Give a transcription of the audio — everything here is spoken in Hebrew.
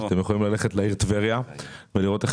אתם יכולים ללכת לעיר טבריה ולראות איך